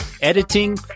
editing